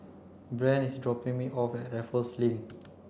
Brandt is dropping me off at Raffles Link